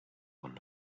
upon